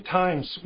times